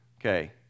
Okay